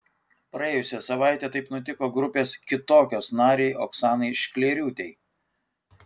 praėjusią savaitę taip nutiko grupės kitokios narei oksanai šklėriūtei